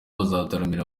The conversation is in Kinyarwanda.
bazataramira